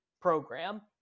program